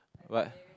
what